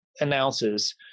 announces